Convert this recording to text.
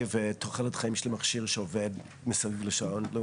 ותוחלת חיים של מכשיר שעובד מסביב לשעון?